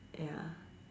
ya